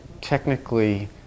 technically